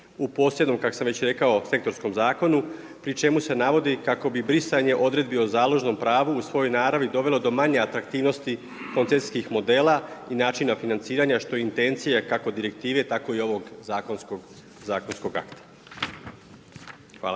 u posebnom sektorskom zakonu pri čemu se navodi kako bi brisanje odredbi o založnom pravu u svojoj naravi dovelo do manje atraktivnosti koncesijskih modela i načina financiranja što je i intencija kako direktive tako i ovog zakonskog akta što